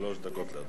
שלוש דקות לאדוני.